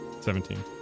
Seventeen